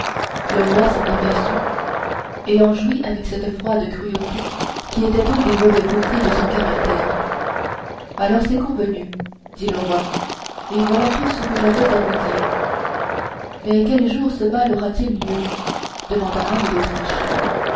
le roi s'en aperçut et en jouit avec cette froide cruauté qui était un des mauvais côtés de son caractère alors c'est convenu dit le roi et voilà tout ce que j'avais à vous dire mais quel jour ce bal aura-t-il lieu demanda anne d'autriche